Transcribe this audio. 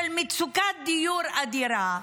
של מצוקת דיור אדירה,